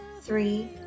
three